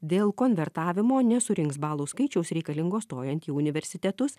dėl konvertavimo nesurinks balų skaičiaus reikalingo stojant į universitetus